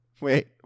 Wait